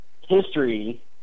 history